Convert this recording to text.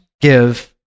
give